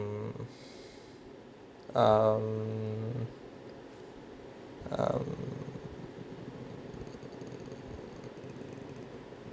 um um um